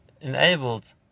enabled